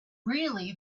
really